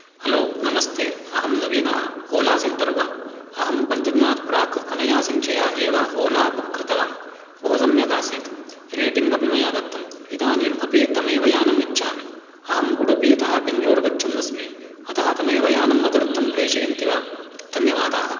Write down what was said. hello नमस्ते अहं नवीनः ओला सेन्टर् वा अहं पञ्चदिनात् प्राक् अनया सङ्ख्यया एव ओला बुक् कृतवान् बहु सम्यगासीत् रेटिङ्ग् अपि मया दत्तम् इदानीमपि तमेव यानम् इच्छामि अहम् उडुपितः बेङ्गळूरु गच्छन् अस्मि अतः तमेव यानं मदर्थं प्रेषयन्ति वा धन्यवादाः